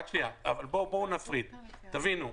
תבינו,